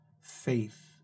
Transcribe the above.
faith